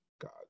God